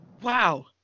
Wow